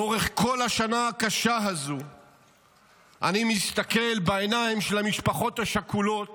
לאורך כל השנה הזאת אני מסתכל בעיניים של המשפחות השכולות